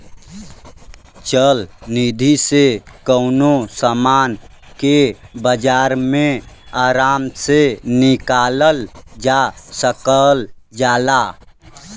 चल निधी से कउनो समान के बाजार मे आराम से निकालल जा सकल जाला